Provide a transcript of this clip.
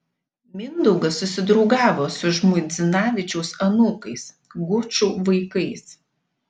mindaugas susidraugavo su žmuidzinavičiaus anūkais gučų vaikais